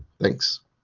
Thanks